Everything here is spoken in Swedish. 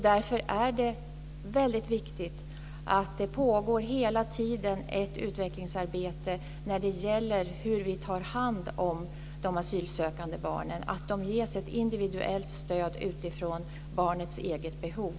Därför är det väldigt viktigt att det hela tiden pågår ett utvecklingsarbete när det gäller hur vi tar hand om de asylsökande barnen och att de ges ett individuellt stöd utifrån barnets eget behov.